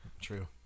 True